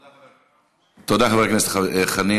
תודה, חבר הכנסת חנין.